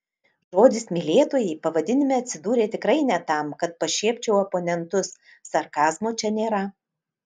žodis mylėtojai pavadinime atsidūrė tikrai ne tam kad pašiepčiau oponentus sarkazmo čia nėra